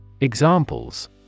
Examples